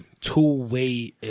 two-way